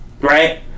right